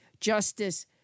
justice